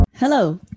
hello